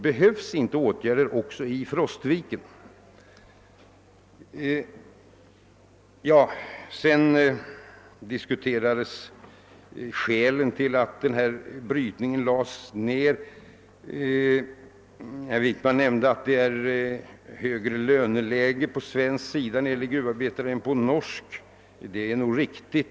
Behövs det inte andra sysselsättningsobjekt under mellantiden? Sedan diskuterades skälen till att brytningen lades ned. Herr Wickman nämnde att löneläget när det gäller gruvarbetare är högre på den svenska sidan än på den norska. Det är riktigt.